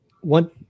one